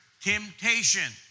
temptation